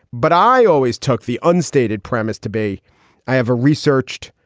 but i always took the unstated premise to be i have a researched,